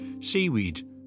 Seaweed